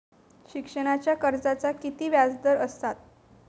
शिक्षणाच्या कर्जाचा किती व्याजदर असात?